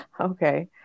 Okay